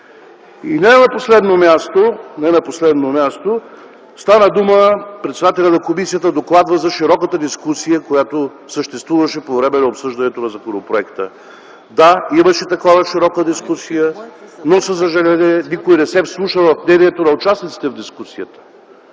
И не на последно място – председателят на комисията докладва за широката дискусия, която съществуваше по време на обсъждането на законопроекта, да, имаше такава широка дискусия, но за съжаление никой не се вслуша в мнението на участниците в дискусията.